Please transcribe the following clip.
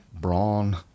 brawn